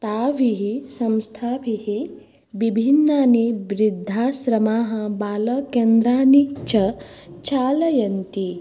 ताभिः संस्थाभिः विभिन्नानि बृद्धाश्रमाः बालकेन्द्राणि च चालयन्ति